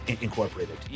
incorporated